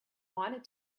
wanted